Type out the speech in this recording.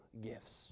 gifts